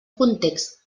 context